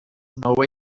norway